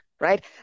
Right